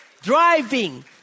Driving